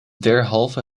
derhalve